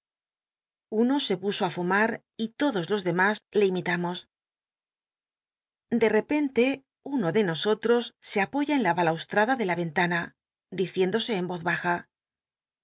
uno se puso a fumar y lodos los demas le imitamos de repente uno de nosotros se apoya en la balaushada de la ventana diciéndose en i'oz baja laces